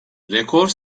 rekor